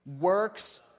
Works